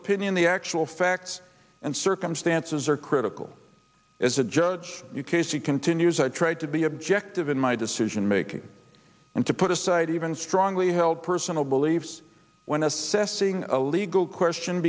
opinion the actual facts and circumstances are critical as a judge you case he continues i tried to be objective in my decision making and to put aside even strongly held personal beliefs when assessing a legal question